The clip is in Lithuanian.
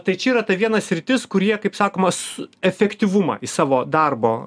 tai čia yra ta viena sritis kur jie kaip sakoma su efektyvumą į savo darbo